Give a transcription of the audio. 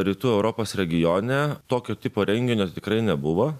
rytų europos regione tokio tipo renginio tai tikrai nebuvo